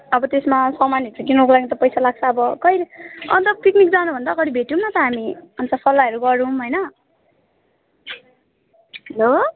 अब त्यसमा सामानहरू त किन्नुको लागि त पैसा लाग्छ अब कहिले अन्त पिकनिक जानुभन्दा अगाडि भेटौँ न त हामी अन्त सल्लाहहरू गरौँ होइन हेलो